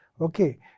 Okay